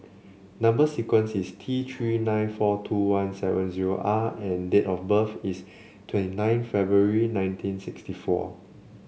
number sequence is T Three nine four two one seven zero R and date of birth is twenty nine February nineteen sixty four